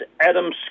Adam